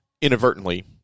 Inadvertently